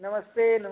नमस्ते नम